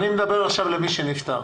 אני מדבר עכשיו על מי שנפטר.